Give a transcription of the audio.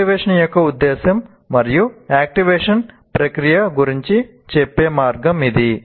activation యొక్క ఉద్దేశ్యం మరియు యాక్టివేషన్ ప్రక్రియ గురించి చెప్పే మార్గం ఇది